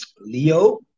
Leo